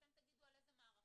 אתם תגידו על איזה מערכות